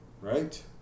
right